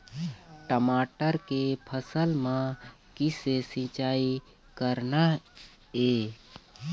टमाटर के फसल म किसे सिचाई करना ये?